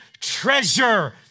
treasure